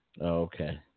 Okay